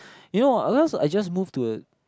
you know ah I realised I just move to a